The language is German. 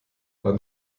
wann